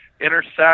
intersect